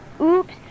Oops